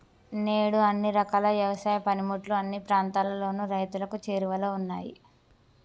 నేడు అన్ని రకాల యవసాయ పనిముట్లు అన్ని ప్రాంతాలలోను రైతులకు చేరువలో ఉన్నాయి